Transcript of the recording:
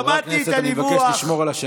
חברי הכנסת, אני מבקש לשמור על השקט.